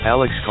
Alex